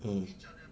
mm